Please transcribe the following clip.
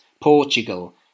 Portugal